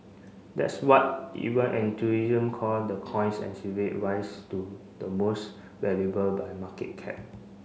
that's what even call the coin's rise to the most valuable by market cap